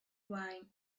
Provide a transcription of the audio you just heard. wine